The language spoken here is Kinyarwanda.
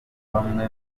bamwe